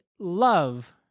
love